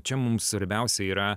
čia mum svarbiausia yra